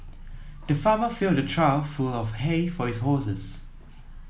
the farmer filled a trough full of hay for his horses